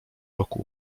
roku